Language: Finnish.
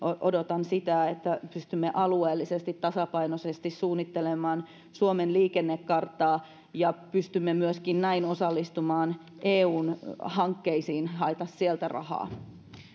odotan sitä että pystymme alueellisesti tasapainoisesti suunnittelemaan suomen liikennekarttaa ja pystymme myöskin näin osallistumaan eun hankkeisiin hakemaan sieltä rahaa